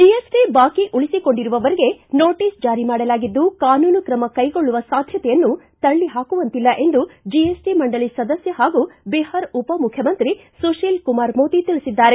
GST ಬಾಕಿ ಉಳಿಸಿಕೊಂಡಿರುವವರಿಗೆ notice ಜಾರಿ ಮಾಡಲಾಗಿದ್ದು ಕಾನೂನು ಕ್ರಮ ಕೈಗೊಳ್ಳುವ ಸಾಧ್ಣತೆಯನ್ನು ತಳ್ಳ ಹಾಕುವಂತಿಲ್ಲ ಎಂದು ಜಿಎಸ್ಟ ಮಂಡಳಿ ಸದಸ್ಯ ಹಾಗೂ ಬಿಹಾರ ಉಪಮುಖ್ಣಮಂತ್ರಿ ಸುಶೀಲ್ ಕುಮಾರ್ ಮೋದಿ ತಿಳಿಸಿದ್ದಾರೆ